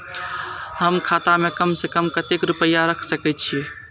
हम खाता में कम से कम कतेक रुपया रख सके छिए?